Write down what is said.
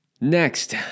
Next